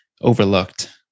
overlooked